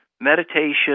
meditation